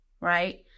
right